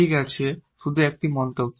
ঠিক আছে শুধু একটি মন্তব্য